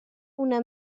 una